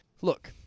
look